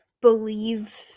believe